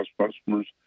customers